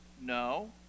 No